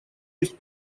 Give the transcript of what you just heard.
есть